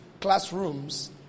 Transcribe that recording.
classrooms